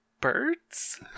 birds